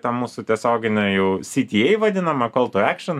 tą mūsų tiesioginę jau sytyei vadinamą koltuekšin